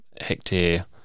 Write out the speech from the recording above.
hectare